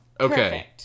Okay